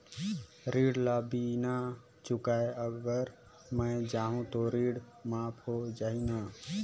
ऋण ला बिना चुकाय अगर मै जाहूं तो ऋण माफ हो जाही न?